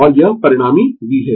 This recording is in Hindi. और यह परिणामी v है